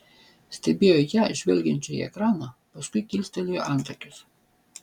stebėjo ją žvelgiančią į ekraną paskui kilstelėjo antakius